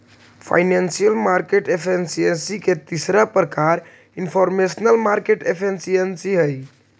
financial market efficiency के तीसरा प्रकार इनफॉरमेशनल मार्केट एफिशिएंसी हइ